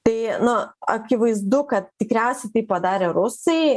tai nu akivaizdu kad tikriausiai tai padarė rusai